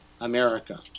America